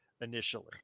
initially